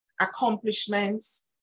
accomplishments